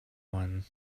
one